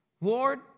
Lord